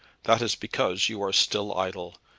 that is because you are still idle.